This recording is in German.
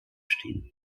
stehen